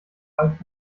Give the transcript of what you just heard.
alt